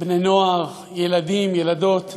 נוער וצעירים,